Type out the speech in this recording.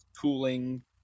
cooling